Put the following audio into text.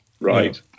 Right